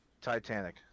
Titanic